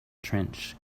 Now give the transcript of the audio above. trench